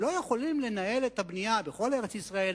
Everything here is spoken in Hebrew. ולא יכולים לנהל את הבנייה בכל ארץ-ישראל,